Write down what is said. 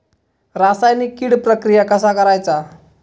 रासायनिक कीड प्रक्रिया कसा करायचा?